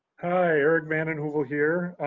hi, eric vanden heuvel here.